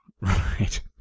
Right